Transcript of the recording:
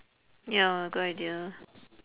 ya good idea